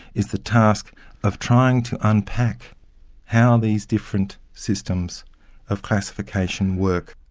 is the task of trying to unpack how these different systems of classification work.